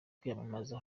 kwiyamamaza